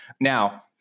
Now